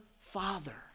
father